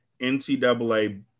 NCAA